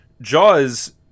jaws